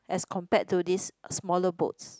as compared to this smaller boats